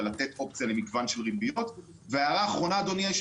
אבל לתת אופציה למגוון של ריביות.